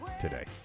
today